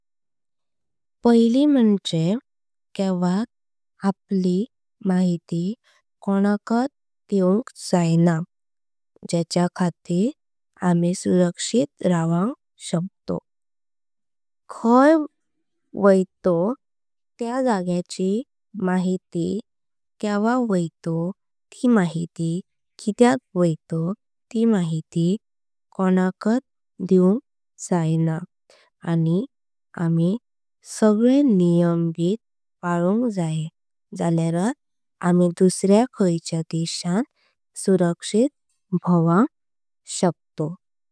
पहिली मंझे केवट आपली माहिती कोणांकात दिउंक। जाणा ज्याच्य खातीर आमी सुरांक्षित रवतलो। खा वायत तेया जाग्याची माहिती आपल्याक खबर। असंक जाये आणि आमी सगळे नियम बित्त पाळुंक जाए। जल्यारात आमी दुसऱ्या खातीर देशां सुरक्षीत भौवपी।